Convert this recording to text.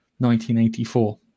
1984